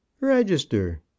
register